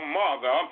mother